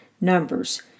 Numbers